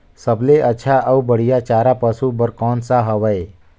सबले अच्छा अउ बढ़िया चारा पशु बर कोन सा हवय?